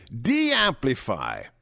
de-amplify